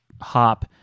hop